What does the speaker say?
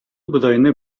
бодайны